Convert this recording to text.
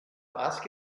ask